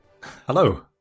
Hello